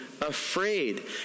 afraid